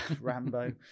Rambo